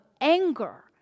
anger